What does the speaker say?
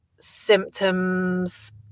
symptoms